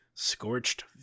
scorched